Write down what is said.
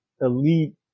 elite